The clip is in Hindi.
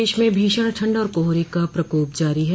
प्रदेश में भीषण ठंड और कोहरे का प्रकोप जारी है